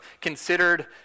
considered